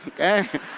okay